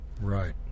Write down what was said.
Right